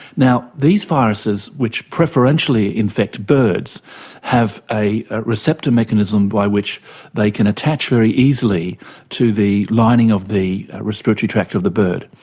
these viruses which preferentially infect birds have a receptor mechanism by which they can attach very easily to the lining of the respiratory tract of the bird,